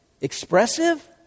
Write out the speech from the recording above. expressive